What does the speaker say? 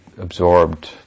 absorbed